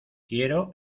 quiero